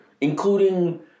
including